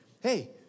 Hey